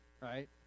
right